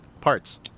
Parts